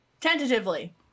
Tentatively